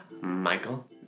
Michael